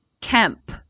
Kemp